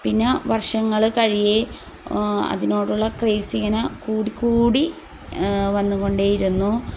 പിന്ന വർഷങ്ങൾ കഴിയേ അതിനോടുള്ള ക്രേസിങ്ങനെ കൂടിക്കൂടി വന്നുകൊണ്ടേയിരുന്നു